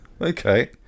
Okay